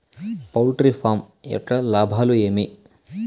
poultry farm యొక్క లాభాలు ఏమి